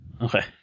Okay